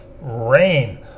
rain